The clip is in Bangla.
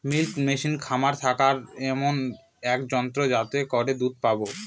মিল্কিং মেশিন খামারে থাকা এমন এক যন্ত্র যাতে করে দুধ পাবো